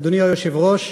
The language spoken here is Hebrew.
אדוני היושב-ראש,